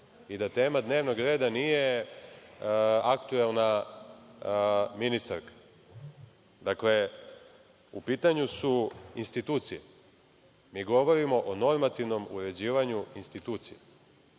i da tema dnevnog reda nije aktuelna ministarka. U pitanju su institucije. Mi govorimo o normativnom uređivanju institucija.